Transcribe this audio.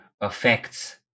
affects